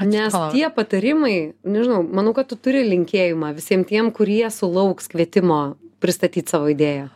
nes tie patarimai nežinau manau kad tu turi linkėjimą visiem tiem kurie sulauks kvietimo pristatyt savo idėją